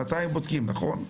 שנתיים בודקים, נכון?